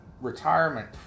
retirement